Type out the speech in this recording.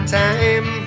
time